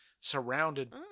surrounded